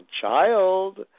child